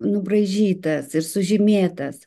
nubraižytas ir sužymėtas